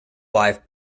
live